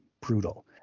brutal